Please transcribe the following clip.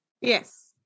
Yes